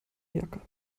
jacke